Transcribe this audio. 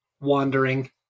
Wandering